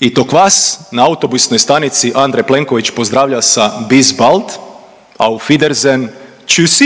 i to kvas na autobusnoj stanici Andrej Plenković pozdravlja sa bis bald, auf Wiedersehen, tschuss,